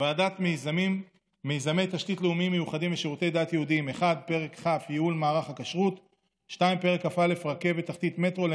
ועדת מיזמי תשתית לאומיים מיוחדים ושירותי דת יהודיים: 1. פרק כ' (ייעול מערך הכשרות); 2. פרק כ"א (רכבת תחתית (מטרו)),